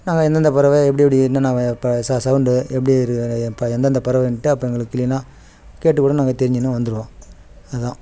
நாங்கள் எந்தெந்த பறவை எப்படி எப்படி என்னென்ன வெ ப ச சௌண்டு எப்படி இருக்க எ ப எந்தெந்த பறவைன்ட்டு அப்போ எங்களுக்கு கிளீனாக கேட்டுக் கூட நாங்கள் தெரிஞ்சுனு வந்துடுவோம் அதுதான்